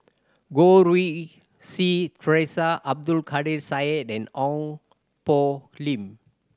Goh Rui Si Theresa Abdul Kadir Syed and Ong Poh Lim